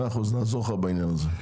נעזור לך בעניין הזה.